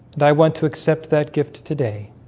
and i want to accept that gift today.